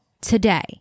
today